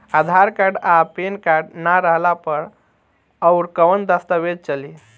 आधार card आ PAN card ना रहला पर अउरकवन दस्तावेज चली?